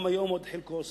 גם היום עוד חלקו עושה,